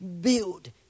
build